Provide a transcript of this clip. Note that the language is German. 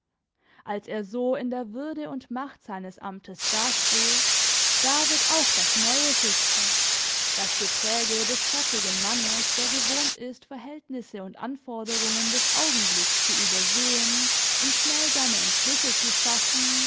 als er so in der würde und macht seines amtes dasteht da wird auch das neue sichtbar das gepräge des fertigen mannes der gewohnt ist verhältnisse und anforderungen des augenblicks zu übersehen um schnell seine entschlüsse zu fassen